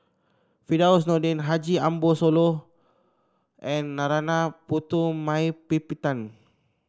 Firdaus Nordin Haji Ambo Sooloh and Narana Putumaippittan